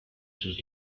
sus